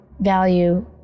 value